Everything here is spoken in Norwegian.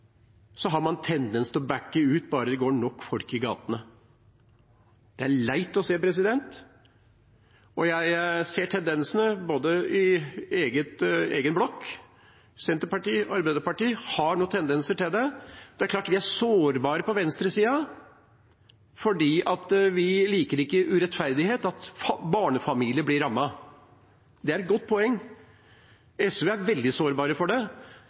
har man en tendens til å bakke ut bare det går nok folk i gatene. Det er leit å se, og jeg ser tendensene i egen blokk. Senterpartiet og Arbeiderpartiet har noen tendenser til det. Det er klart vi er sårbare på venstresiden, for vi liker ikke urettferdighet, at barnefamilier blir rammet. Det er et godt poeng. SV er veldig sårbare for det,